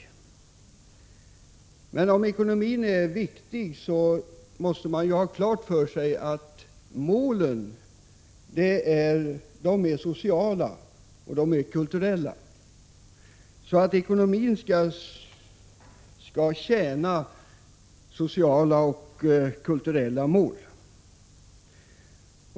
Men även om ekonomin är viktig, måste man ha klart för sig att målen är sociala och kulturella. Ekonomin skall alltså tjäna sociala och kulturella mål.